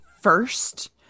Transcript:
first